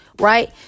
Right